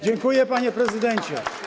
Dziękuję, panie prezydencie.